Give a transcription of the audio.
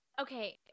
Okay